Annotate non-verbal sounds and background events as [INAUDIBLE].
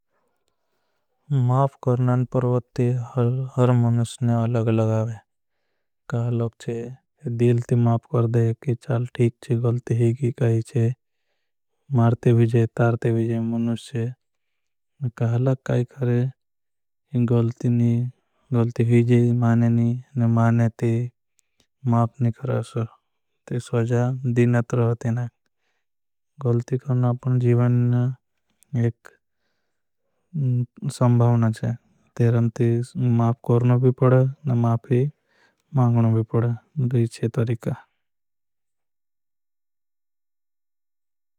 माफ करनान परवत्ति [HESITATION] हर मनुषने। अलग लगावे चे दिल ती माफ कर दे के चाल ठीक चे। गलती ही की काई चे मरते भीजे तारते भीजे मनुष चे। कहलक काई करे गलती ने हीजे माने नी माने ती माफ। नी करे सोजा दीन तरहती नाग गलती करना अपना। जीवन एक संभावना चे तेरम ती माफ करना भी पड़ा ना। माफी माँगना भी पड़ा दीचे तरिका।